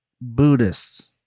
Buddhists